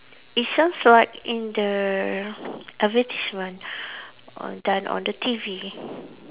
it sounds like in the advertisement on done on the T_V